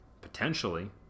potentially